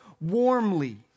warmly